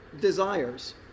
desires